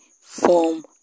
form